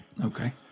Okay